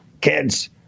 kids